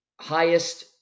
highest